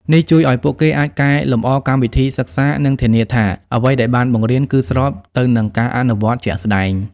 នេះជួយឱ្យពួកគេអាចកែលម្អកម្មវិធីសិក្សា និងធានាថាអ្វីដែលបានបង្រៀនគឺស្របទៅនឹងការអនុវត្តជាក់ស្តែង។